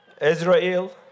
Israel